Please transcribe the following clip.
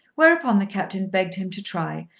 whereupon the captain begged him to try,